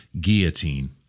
Guillotine